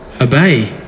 obey